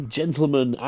gentlemen